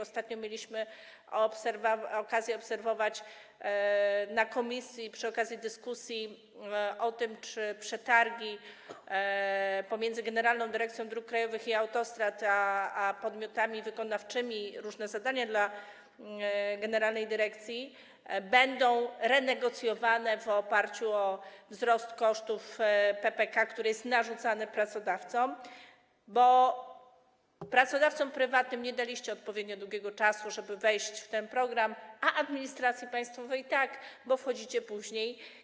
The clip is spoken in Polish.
Ostatnio mieliśmy okazję to obserwować na posiedzeniu komisji przy okazji dyskusji o tym, czy przetargi pomiędzy Generalną Dyrekcją Dróg Krajowych i Autostrad a podmiotami wykonawczymi, różne zadania dla generalnej dyrekcji będą renegocjowane na podstawie wzrostu kosztów PPK, który jest narzucany pracodawcom, bo pracodawcom prywatnym nie daliście odpowiednio długiego czasu, żeby wejść w ten program, a administracji państwowej tak, bo wchodzicie później.